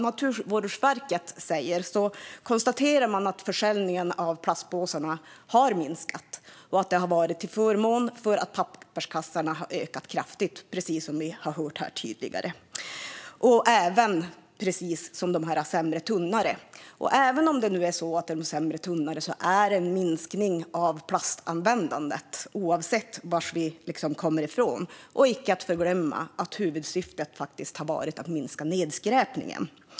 Naturvårdsverket konstaterar att försäljningen av plastpåsar har minskat. Det har varit för att papperskassarna har ökat kraftigt, precis som vi har hört här tidigare. Även om det gäller sämre och tunnare kassar är det en minskning av plastanvändandet. Och icke att förglömma: Huvudsyftet har faktiskt varit att minska nedskräpningen.